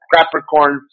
Capricorn